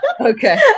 okay